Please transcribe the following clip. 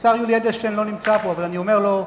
השר יולי אדלשטיין לא נמצא פה, אבל אני אומר לו,